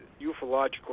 ufological